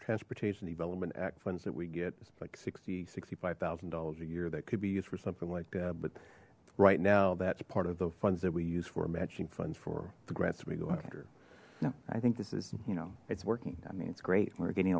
transportation development act funds that we get like sixty sixty five thousand dollars a year that could be used for something like that but right now that's part of the funds that we use for matching funds for the grants we go after no i think this is you know it's working i mean it's great we're getting